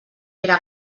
era